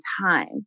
time